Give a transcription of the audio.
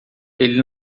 ele